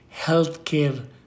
healthcare